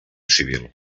civil